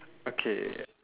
okay